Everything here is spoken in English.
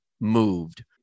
Moved